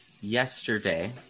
yesterday